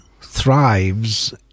thrives